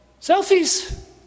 selfies